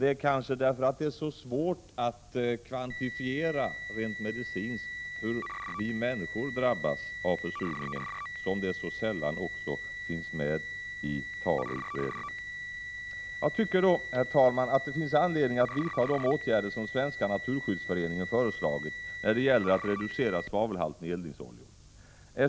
Det är kanske därför att det är så svårt att kvantifiera rent medicinskt hur vi människor drabbas av försurningen som det så sällan finns med i tal och utredningar. Jag tycker då, herr talman, att det finns anledning att vidta de åtgärder som Svenska naturskyddsföreningen föreslagit när det gäller att reducera svavelhalten i eldningsoljor.